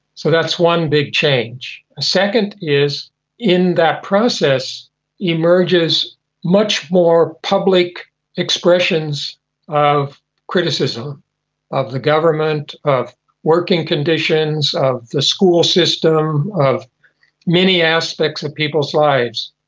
so that's one big change. a second is in that process emerges much more public expressions of criticism of the government, of working conditions, of the school system, of many aspects of people's lives,